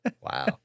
Wow